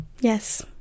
Yes